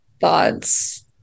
thoughts